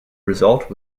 result